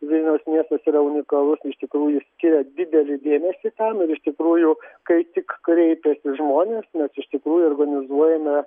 vilniaus miestas yra unikalus iš tikrųjų skiria didelį dėmesį tam ir iš tikrųjų kai tik kreipiasi žmonės nes iš tikrųjų organizuojame